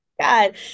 God